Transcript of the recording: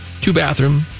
two-bathroom